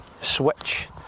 switch